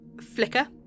flicker